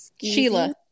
Sheila